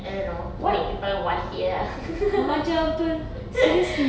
I don't know to make people want it lah